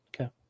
Okay